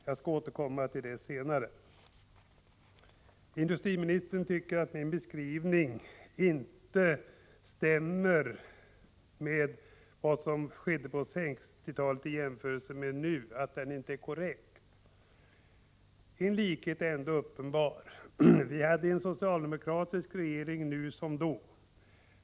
— Jag skall återkomma till detta senare. Industriministern tycker inte att min beskrivning av vad som skedde på 1960-talet och vad som sker nu är korrekt. En likhet är ändå uppenbar: vi har en socialdemokratisk regering nu som då.